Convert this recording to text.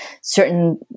certain